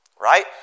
right